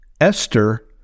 Esther